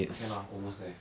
can lah almost there